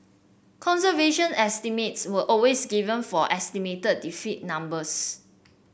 conservation estimates were always given for estimated numbers